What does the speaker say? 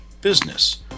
business